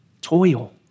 Toil